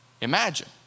Imagine